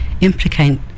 implicate